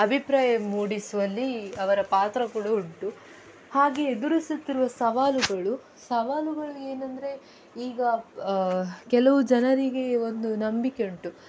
ಅಭಿಪ್ರಾಯ ಮೂಡಿಸುವಲ್ಲಿ ಅವರ ಪಾತ್ರ ಕೂಡ ಉಂಟು ಹಾಗೆ ಎದುರಿಸುತ್ತಿರುವ ಸವಾಲುಗಳು ಸವಾಲುಗಳು ಏನೆಂದ್ರೆ ಈಗ ಕೆಲವು ಜನರಿಗೆ ಒಂದು ನಂಬಿಕೆ ಉಂಟು